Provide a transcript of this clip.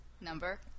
number